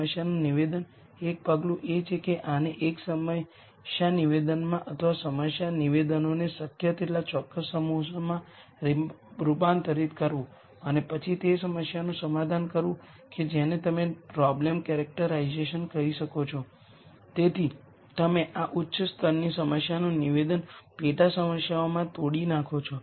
રસપ્રદ વાત એ છે કે આપણા પ્રારંભિક પ્રવચનોમાં અમે નલ સ્પેસ વિશે વાત કરી હતી અને પછી અમે કહ્યું હતું કે નલ સ્પેસ વેક્ટર વેરીએબ્લસ વચ્ચેના સંબંધને ઓળખે છે